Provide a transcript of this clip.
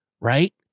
right